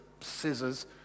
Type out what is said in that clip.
scissors